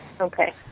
Okay